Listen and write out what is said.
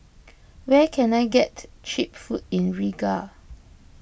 where can I get Cheap Food in Riga